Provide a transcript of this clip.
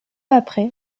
après